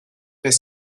fait